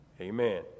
amen